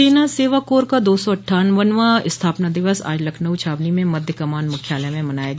सेना सेवा कोर का दो सौ अट्ठावनवां स्थापना दिवस आज लखनऊ छावनी में मध्य कमान मुख्यालय में मनाया गया